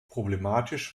problematisch